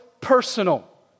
personal